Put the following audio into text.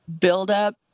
buildup